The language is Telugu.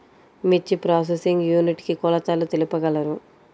మిర్చి ప్రోసెసింగ్ యూనిట్ కి కొలతలు తెలుపగలరు?